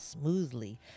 smoothly